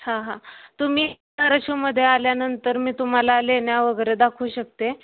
हां हां तुम्ही धाराशिवमध्ये आल्यानंतर मी तुम्हाला लेण्या वगैरे दाखवू शकते